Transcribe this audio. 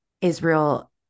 Israel